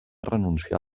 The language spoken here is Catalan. renunciar